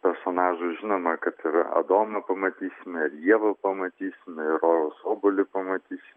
personažų žinoma kad ir adomą pamatysime ir ievą pamatysime ir rojaus obuolį pamatysim